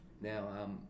Now